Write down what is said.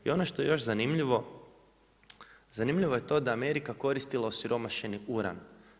I ono što je još zanimljivo, zanimljivo je to da je Amerika koristila osiromašeni uran.